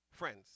Friends